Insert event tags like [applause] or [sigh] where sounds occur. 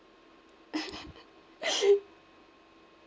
[laughs]